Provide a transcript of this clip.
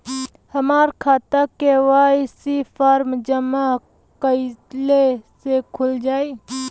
हमार खाता KYC form जमा कइले से खुल जाई?